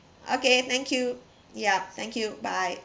okay thank you yup thank you bye